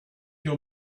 your